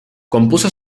compuso